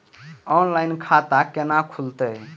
Online खाता केना खुलते?